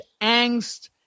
angst